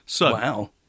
Wow